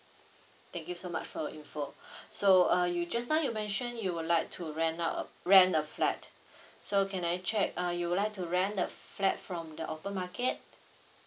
thank you so much for your info so uh you just now you mention you would like to rent out a rent a flat so can I check uh you would like to rent the flat from the open market